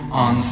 on